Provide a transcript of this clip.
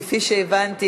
כפי שהבנתי,